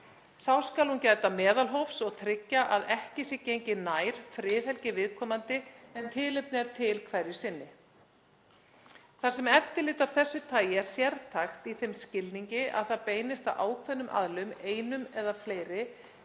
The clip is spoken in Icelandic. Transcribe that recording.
Þá skal hún gæta meðalhófs og tryggja að ekki sé gengið nær friðhelgi viðkomandi en tilefni er til hverju sinni. Þar sem eftirlit af þessu tagi er sértækt í þeim skilningi að það beinist að ákveðnum aðilum, einum eða fleiri,